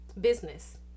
business